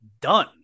done